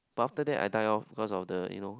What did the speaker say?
but after that I die off because of the you know